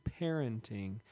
parenting